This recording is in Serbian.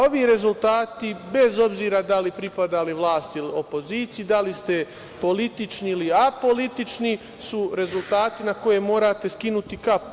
Ovi rezultati, bez obzira da li pripadali vlasti ili opoziciji, da li ste politični ili apolitični, su rezultati na koje morate skinuti kapu.